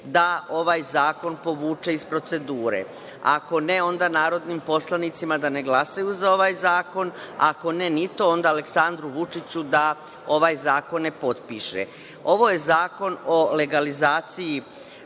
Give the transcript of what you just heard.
da ovaj zakon povuče iz procedure, ako ne, onda narodnim poslanicima da ne glasaju za ovaj zakon, ako ni to, onda Aleksandru Vučiću da ovaj zakon ne potpiše. Ovo je zakon o legalizaciji